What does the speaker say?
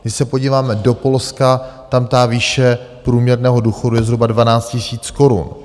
Když se podíváme do Polska, tam výše průměrného důchodu je zhruba 12 000 korun.